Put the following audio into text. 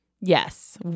Yes